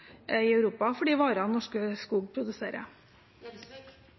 i Europa for de varene Norske Skog produserer?